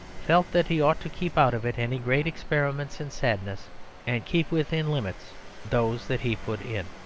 felt that he ought to keep out of it any great experiments in sadness and keep within limits those that he put in.